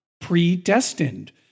predestined